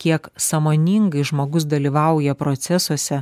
kiek sąmoningai žmogus dalyvauja procesuose